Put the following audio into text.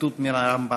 הציטוט מהרמב"ם.